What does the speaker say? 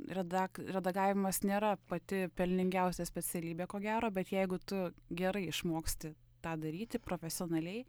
redak redagavimas nėra pati pelningiausia specialybė ko gero bet jeigu tu gerai išmoksti tą daryti profesionaliai